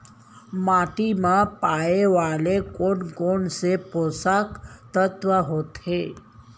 माटी मा पाए वाले कोन कोन से पोसक तत्व होथे?